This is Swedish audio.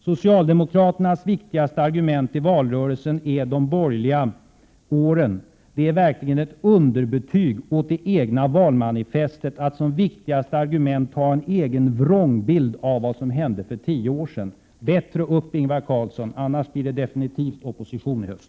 Socialdemokraternas viktigaste argument i valrörelsen är de borgerliga åren. Det är verkligen ett underbetyg åt det egna valmanifestet, att som viktigaste argument ta en egen vrångbild av vad som hände för tio år sedan. Bättre upp, Ingvar Carlsson, annars blir det definitivt opposition i höst!